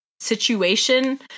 situation